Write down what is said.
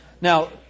Now